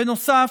בנוסף,